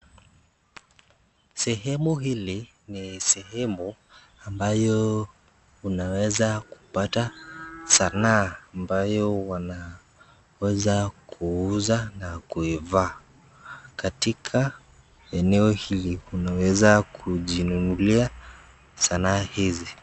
Sehemu hili ni sehemu ambayo unaweza kupata sanaa ambayo unaweza kuuza na kuivaa. Katika eneo hili unaweza kujinunulia sanaa hizi.